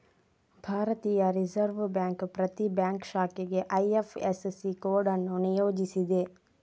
ಭಾರತೀಯ reserve bank ಪ್ರತಿ bank ಶಾಖೆಗೆ ಐ.ಎಫ್.ಎಸ್.ಸಿ ಕೋಡ್ ಅನ್ನು ನಿಯೋಜಿಸಿದೆ